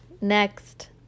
Next